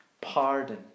pardon